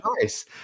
nice